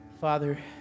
Father